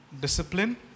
discipline